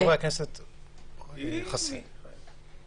חבר הכנסת קארין אלהרר.